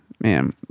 Man